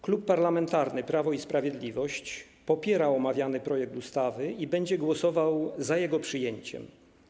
Klub Parlamentarny Prawo i Sprawiedliwość popiera omawiany projekt ustawy i będzie głosował za jego przyjęciem.